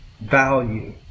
value